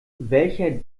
welcher